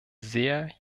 sehr